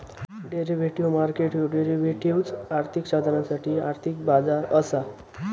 derivative market ह्यो derivatives, आर्थिक साधनांसाठी आर्थिक बाजार असा